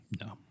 no